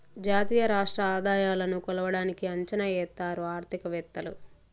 జాతీయ రాష్ట్ర ఆదాయాలను కొలవడానికి అంచనా ఎత్తారు ఆర్థికవేత్తలు